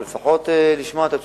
אבל לפחות שישמעו את התשובה.